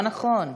לא נכון.